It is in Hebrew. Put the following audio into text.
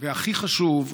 והכי חשוב,